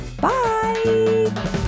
Bye